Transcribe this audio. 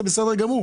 זה בסדר גמור.